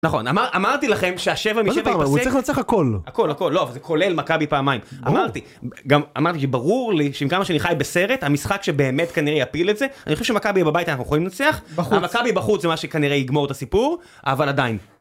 נכון, אמרתי לכם שהשבע משבע יפסק, מה זה פעם, הוא צריך לנצח הכל, הכל הכל, לא, זה כולל מכבי פעמיים, אמרתי, גם אמרתי שברור לי שעם כמה שאני חי בסרט, המשחק שבאמת כנראה יפיל את זה, אני חושב שמכבי בבית אנחנו יכולים לנצח, המכבי בחוץ זה מה שכנראה יגמור את הסיפור, אבל עדיין.